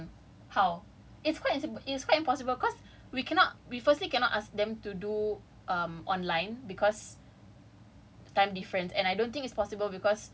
okay but you try to think of something like try to think of a solution how it's quite it's quite impossible cause you cannot we firstly cannot ask them to do um online cause